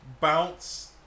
bounce